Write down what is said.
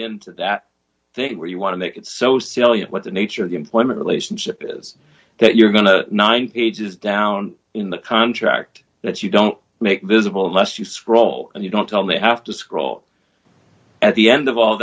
of that thing where you want to make it so salient what the nature of the employment relationship is that you're going to nine pages down in the contract that you don't make visible unless you scroll and you don't tell me have to scroll at the end of all